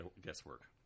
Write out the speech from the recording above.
guesswork